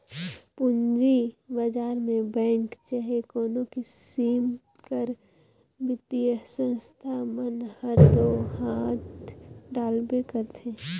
पूंजी बजार में बेंक चहे कोनो किसिम कर बित्तीय संस्था मन हर दो हांथ डालबे करथे